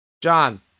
John